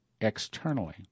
externally